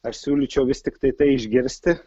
aš siūlyčiau vis tiktai tai išgirsti